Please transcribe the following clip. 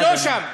לא שם.